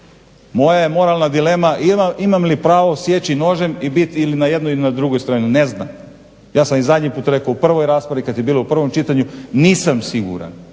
Moja je moralna dilema imam li pravo sjeći nožem i biti il na jednoj il na drugoj strani. Ne znam, ja sam i zadnji put rekao u prvoj raspravi, kad je bilo u prvom čitanju nisam siguran